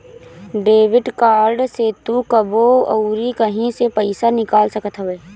debit card से तू कबो अउरी कहीं से पईसा निकाल सकत हवअ